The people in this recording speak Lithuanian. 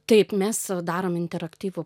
taip mes darom interaktyvų